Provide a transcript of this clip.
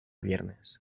viernes